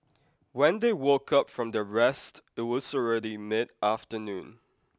when they woke up from their rest it was already mid afternoon